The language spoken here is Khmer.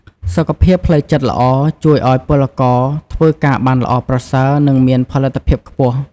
សុខភាពផ្លូវចិត្តល្អជួយឲ្យពលករធ្វើការបានល្អប្រសើរ និងមានផលិតភាពខ្ពស់។